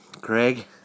Craig